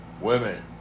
women